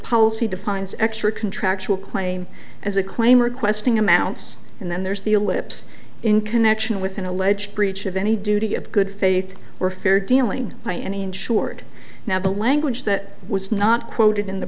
policy defines extra contractual claim as a claim requesting a mouse and then there's the ellipse in connection with an alleged breach of any duty of good faith or fair dealing by any insured now the language that was not quoted in